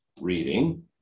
reading